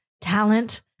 talent